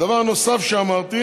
דבר נוסף שאמרתי